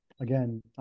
Again